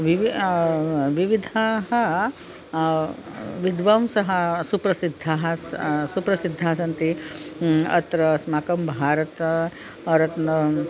विवि विविधाः विद्वांसः सुप्रसिद्धाः स् सुप्रसिद्धाः सन्ति अत्र अस्माकं भारते रत्नम्